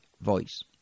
voice